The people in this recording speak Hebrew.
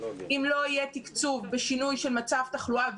אם לא יהיה תקצוב בשינוי של מצב תחלואה,